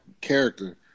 character